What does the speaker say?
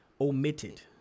omitted